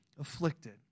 afflicted